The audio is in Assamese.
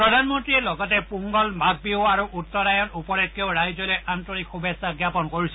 প্ৰধানমন্তীয়ে লগতে পোঙ্গল মাঘ বিহু আৰু উত্তৰায়ন উপলক্ষেও ৰাইজলৈ আন্তৰিক শুভেচ্ছা জ্ঞাপন কৰিছে